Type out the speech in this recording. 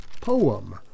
poem